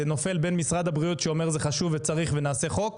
זה נופל בין משרד הבריאות שאומר זה חשוב וצריך ונעשה חוק,